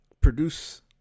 produce